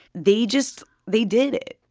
they just they did it.